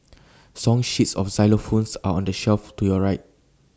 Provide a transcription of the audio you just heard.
song sheets of xylophones are on the shelf to your right